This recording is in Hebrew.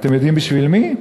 אתם יודעים בשביל מי?